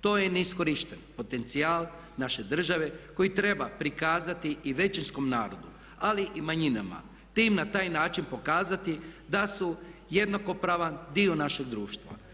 to je neiskorišten potencijal naše države koji treba prikazati i većinskom narodu ali i manjinama te im na taj način pokazati da su jednakopravan dio našeg društva.